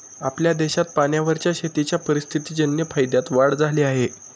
आपल्या देशात पाण्यावरच्या शेतीच्या परिस्थितीजन्य फायद्यात वाढ झाली आहे